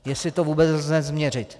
Jestli to vůbec lze změřit.